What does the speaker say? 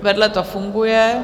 Vedle to funguje.